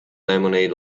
lemonade